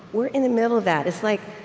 we're in the middle of that. it's like,